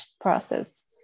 process